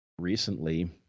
recently